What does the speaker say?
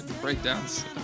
breakdowns